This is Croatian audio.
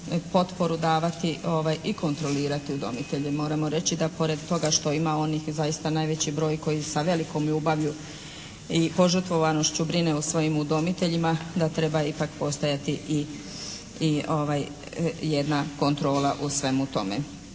potporu davati i kontrolirati udomitelje. Moramo reći da pored toga što ima onih zaista najveći broj koji sa velikom ljubavlju i požrtvovanošću brine o svojim udomiteljima da treba ipak postojati i jedna kontrola u svemu tome.